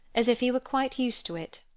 as if he were quite used to it.